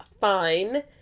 fine